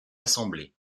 assemblée